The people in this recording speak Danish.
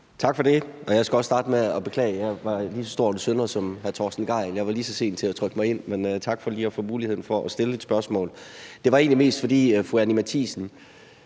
Tak for det. Jeg skal også starte med at beklage, at jeg var lige så stor en synder som hr. Torsten Gejl – jeg var lige så sen til at trykke mig ind – men tak for lige at få muligheden for at stille et spørgsmål. Det er egentlig mest, fordi fru Anni Matthiesen